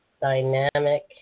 Dynamic